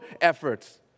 efforts